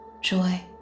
joy